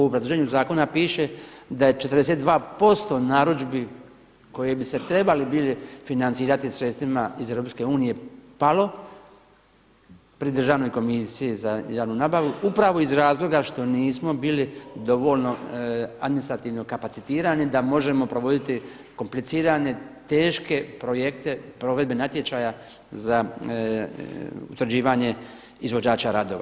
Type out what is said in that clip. U obrazloženju zakona piše da je 42% narudžbi koje bi se trebali bili financirati sredstvima iz EU palo pri Državnoj komisiji za javnu nabavu upravo iz razloga što nismo bili dovoljno administrativno kapacitirani da možemo provoditi komplicirane teško projekte provedbe natječaja za utvrđivanje izvođača radova.